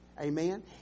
Amen